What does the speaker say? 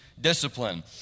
Discipline